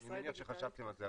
אני מניח שחשבתם על זה,